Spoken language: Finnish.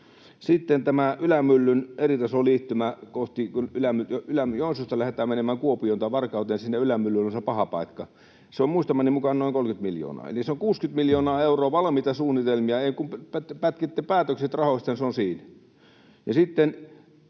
Sitten on tämä Ylämyllyn eritasoliittymä: kun Joensuusta lähdetään menemään Kuopioon tai Varkauteen sinne Ylämyllylle päin, niin se on paha paikka. Se on muistamani mukaan noin 30 miljoonaa. Eli on 60 miljoonaa euroa valmiita suunnitelmia. Ei kun pätkitte päätökset rahoista, niin se on siinä. Ja